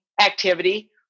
activity